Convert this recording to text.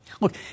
Look